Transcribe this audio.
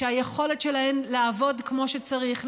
ושהיכולת שלהן לעבוד כמו שצריך,